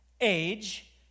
age